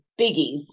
biggies